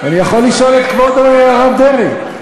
אני יכול לשאול את כבוד הרב דרעי.